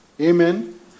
Amen